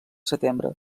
setembre